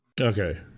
Okay